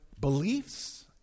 beliefs